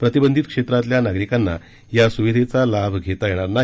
प्रतिबंधित क्षेत्रातल्या नागरिकांना या सुविधेचा लाभ घेता येणार नाही